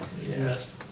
Yes